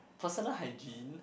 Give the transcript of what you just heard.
personal hygiene